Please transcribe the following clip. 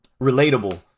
relatable